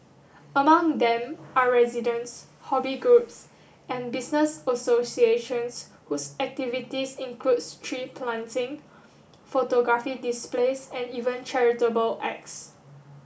among them are residents hobby groups and business associations whose activities includes tree planting photography displays and even charitable acts